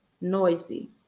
noisy